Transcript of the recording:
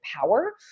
power